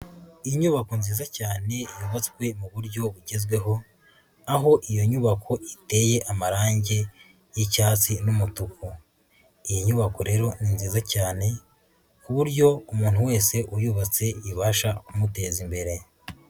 Inyubako nziza cyane yubatswe mu buryo bugezweho, aho iyo nyubako iteye amarangi y'icyatsi n'umutuku. Iyi nyubako rero ni nziza cyane ku buryo umuntu wese uyubatse ibasha kumuteza imbere.